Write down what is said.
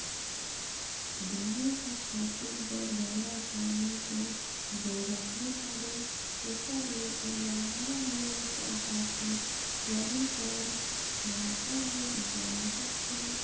गहूँ कर फसिल बर बगरा पानी कर जरूरत नी परे तेकर ले एला धान लूए कर पाछू रबी कर मउसम में उगाल जाथे